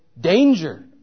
danger